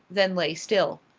then lay still.